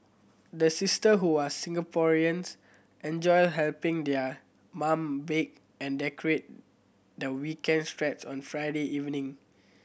the sister who are Singaporeans enjoy helping their mum bake and decorate their weekends treats on Friday evening